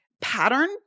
pattern